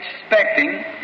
expecting